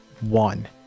one